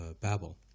Babel